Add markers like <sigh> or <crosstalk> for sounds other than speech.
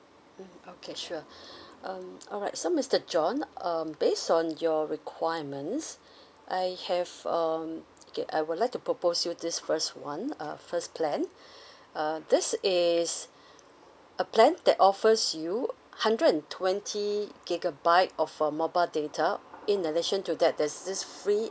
mmhmm okay sure <breath> um alright so mister john so um based on your requirements I have um okay I would like to propose you this first [one] uh first plan <breath> uh this is a plan that offers you hundred and twenty gigabyte of a mobile data in addition to that there's this free